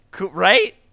right